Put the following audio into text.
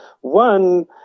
One